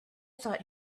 thought